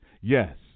Yes